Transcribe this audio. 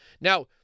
Now